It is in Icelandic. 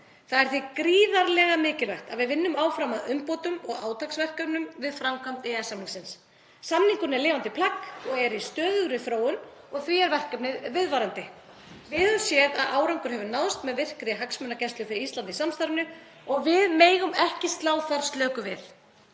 Það er því gríðarlega mikilvægt að við vinnum áfram að umbótum og átaksverkefnum við framkvæmd EES-samningsins. Samningurinn er lifandi plagg og er í stöðugri þróun og því er verkefnið viðvarandi. Við höfum séð að árangur hefur náðst með virkri hagsmunagæslu fyrir Ísland í samstarfinu og við megum ekki slá þar slöku við.